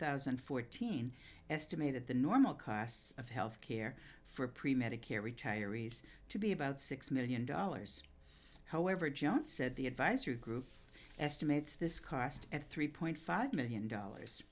thousand and fourteen estimated the normal costs of health care for a pre medical retirees to be about six million dollars however john said the advisory group estimates this cost at three point five million dollars